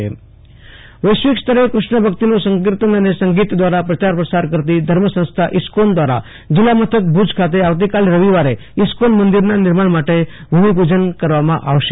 Ashutosh Antani Bhuj ISKCON મંદિર વૈશ્વિક સ્તરે કૃષ્ણ ભક્તિનો સંકીર્તન અને સંગીત દ્વારા પ્રચાર પ્રસાર કરતી ધર્મસંસ્થા ઇસ્કોન દ્વારા જીલ્લા મથક ભુજ ખાતે આવતી કાલે રવિવારે ઇસ્કોન મંદિરના નિર્માણ માટે ભૂમિ પૂજન કરવામાં આવશે